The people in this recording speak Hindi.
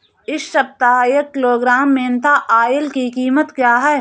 इस सप्ताह एक किलोग्राम मेन्था ऑइल की कीमत क्या है?